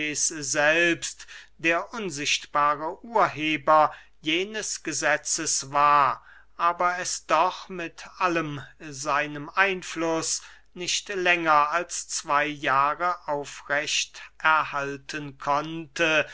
selbst der unsichtbare urheber jenes gesetzes war aber es doch mit allem seinem einfluß nicht länger als zwey jahre aufrecht erhalten konnte